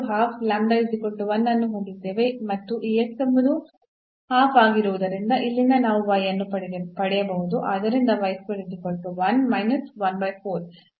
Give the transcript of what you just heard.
ನಾವು ಅನ್ನು ಹೊಂದಿದ್ದೇವೆ ಮತ್ತು ಎಂಬುದು ಆಗಿರುವುದರಿಂದ ಇಲ್ಲಿಂದ ನಾವು ಅನ್ನು ಪಡೆಯಬಹುದು